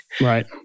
Right